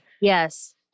Yes